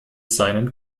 seinen